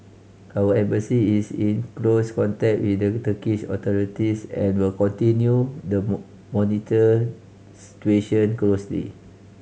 our Embassy is in close contact with the Turkish authorities and will continue the monitor situation closely